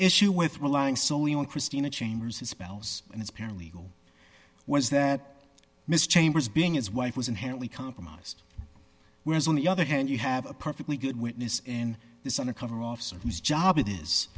issue with relying solely on christina chambers dispels and it's paralegal was that miss chambers being as wife was inherently compromised whereas on the other hand you have a perfectly good witness in this undercover officer whose job it is